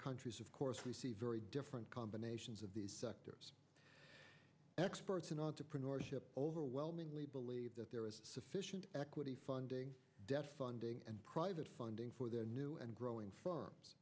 countries of course we see very different combinations of these sectors experts in entrepreneurship overwhelming we believe that there is sufficient equity funding debt funding and private funding for the new and growing firms